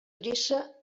dreça